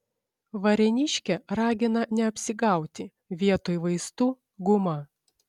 varėniškė ragina neapsigauti vietoj vaistų guma